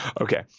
Okay